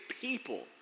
people